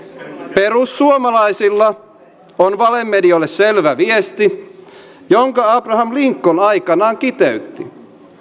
perussuomalaisilla on valemedioille selvä viesti jonka abraham lincoln aikanaan kiteytti